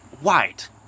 White